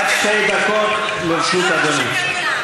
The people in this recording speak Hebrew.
בבקשה, עד שתי דקות לרשות אדוני.